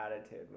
attitude